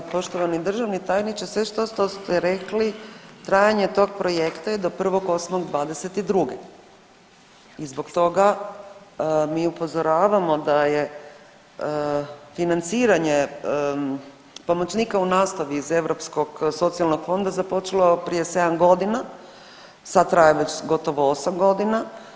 Poštovani državni tajniče sve što ste rekli, trajanje tog projekta je do 1.8.2022. i zbog toga mi upozoravamo da je financiranje pomoćnika u nastavi iz Europskog socijalnog fonda započelo prije 7 godina, sad traje već gotovo 8 godina.